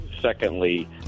Secondly